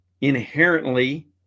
inherently